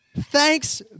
Thanks